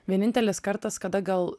vienintelis kartas kada gal